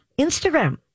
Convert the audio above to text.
Instagram